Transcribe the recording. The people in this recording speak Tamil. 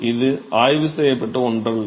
இது ஆய்வு செய்யப்பட்ட ஒன்றல்ல